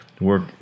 work